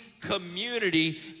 community